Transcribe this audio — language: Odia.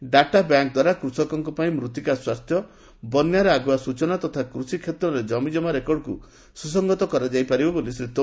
ଡାଟା ବ୍ୟାଙ୍କ୍ ଦ୍ୱାରା କୃଷକଙ୍କ ପାଇଁ ମୃତ୍ତିକା ସ୍ୱାସ୍ଥ୍ୟ ବନ୍ୟାର ଆଗୁଆ ସ୍ଚଚନା ତଥା କୃଷି କ୍ଷେତ୍ରେରେ ଜମିଜମା ରେକର୍ଡକୁ ସୁସଂହତ କରାଯାଇପାରିବ ବୋଲି ଶ୍ରୀ ତୋମର କହିଛନ୍ତି